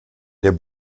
der